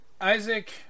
Isaac